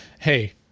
hey